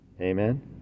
Amen